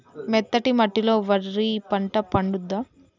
మెత్తటి మట్టిలో వరి పంట పండుద్దా?